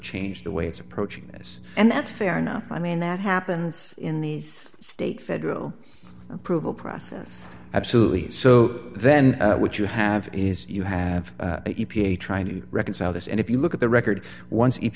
change the way it's approaching this and that's fair enough i mean that happens in these state federal approval process absolutely so then what you have is you have a trying to reconcile this and if you look at the record once if